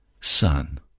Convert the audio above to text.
Son